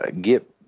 get